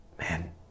Man